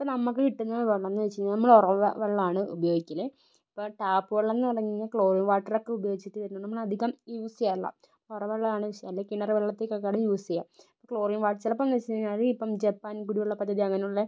ഇപ്പം നമുക്ക് കിട്ടുന്ന വെള്ളം എന്ന് വെച്ചുകഴിഞ്ഞാൽ നമ്മൾ ഒറവ വെള്ളമാണ് ഉപയോഗിക്കല് ഇപ്പം ടാപ്പ് വെള്ളമെന്ന് പറഞ്ഞ് കഴിഞ്ഞാൽ ക്ലോറിൻ വാട്ടർ ഒക്കെ ഉപയോഗിച്ചിട്ട് വരുന്ന നമ്മൾ അധികം യൂസെയ്യാറില്ല ഒറവകളാണ് അല്ലെൽ കിണറ് വെള്ളത്തിനെ ഒക്കെയാണ് യൂസ് ചെയ്യുക ക്ലോറിൻ വാ ചിലപ്പോൾ യൂസ് ചെയ്യാറ് ഇപ്പം ജപ്പാൻ കുടിവെള്ള പദ്ധതി അങ്ങനുള്ള